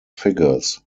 figures